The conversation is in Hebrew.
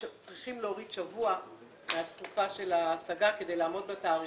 צריכים להוריד שבוע מהתקופה של ההשגה כדי לעמוד בתאריכים.